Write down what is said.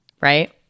right